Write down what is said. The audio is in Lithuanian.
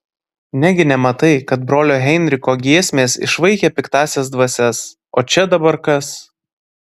negi nematai kad brolio heinricho giesmės išvaikė piktąsias dvasias o čia dabar kas